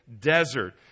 desert